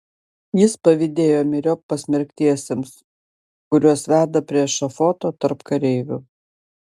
jis pavydėjo myriop pasmerktiesiems kuriuos veda prie ešafoto tarp kareivių